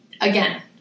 again